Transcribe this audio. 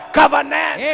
covenant